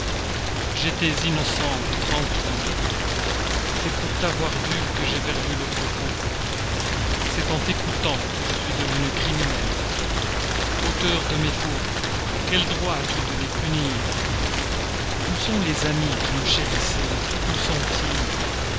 j'étais innocente tranquille c'est pour t'avoir vu que j'ai perdu le repos c'est en t'écoutant que je suis devenue criminelle auteur de mes fautes quel droit as-tu de les punir où sont les amis qui me chérissaient où sont-ils